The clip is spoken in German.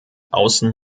außen